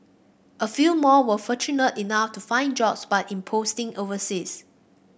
a few more were fortunate enough to find jobs but in posting overseas